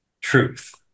truth